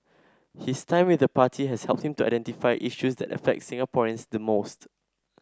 his time with the party has helped him to identify issues that affect Singaporeans most